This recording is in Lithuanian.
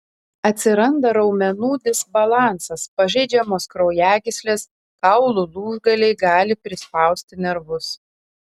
atsiranda raumenų disbalansas pažeidžiamos kraujagyslės kaulų lūžgaliai gali prispausti nervus